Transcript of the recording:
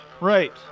Right